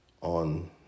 on